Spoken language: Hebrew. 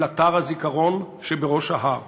אל אתר הזיכרון שבראש ההר,